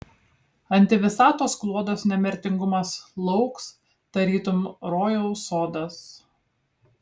antivisatos kloduos nemirtingumas lauks tarytum rojaus sodas